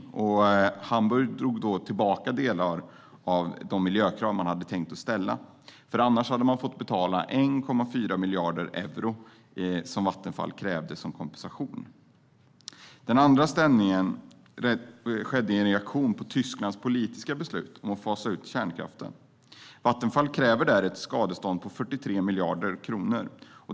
Hamburg drog tillbaka delar av de miljökrav som man hade tänkt ställa. Annars hade de fått betala 1,4 miljarder euro, som Vattenfall krävde som kompensation. Den andra stämningen skedde som reaktion på Tysklands politiska beslut att fasa ut kärnkraften. Vattenfall kräver där ett skadestånd på 43 miljarder kronor.